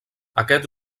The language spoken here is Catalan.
aquest